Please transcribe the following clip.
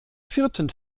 vierten